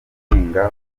guhinga